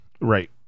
Right